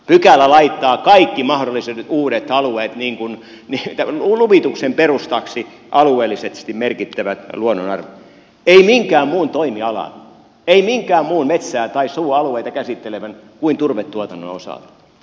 pykälä laittaa kaikkien mahdollisten uusien alueiden luvituksen perustaksi alueellisesti merkittävät luonnonarvot ei minkään muun toimialan ei minkään muun metsää tai suoalueita käsittelevän kuin turvetuotannon osalta